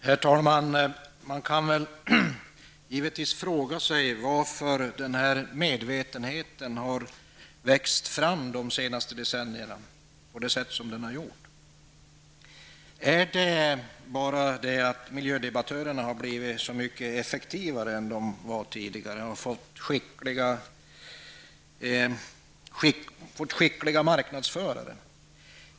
Herr talman! Man kan givetvis fråga sig varför den här medvetenheten har växt fram de senaste decennierna. Är det bara det att miljödebattörerna har blivit så mycket effektivare än vad de var tidigare och fått skickliga marknadsförare.